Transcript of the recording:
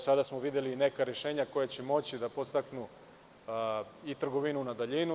Sada smo videli i neka rešenja koja će moći da podstaknu i trgovinu na daljinu.